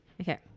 Okay